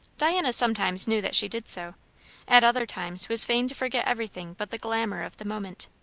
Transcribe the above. diana sometimes knew that she did so at other times was fain to forget everything but the glamour of the moment.